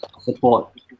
support